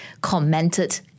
commented